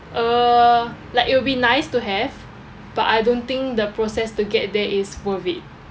uh like it will be nice to have but I don't think the process to get there is worth it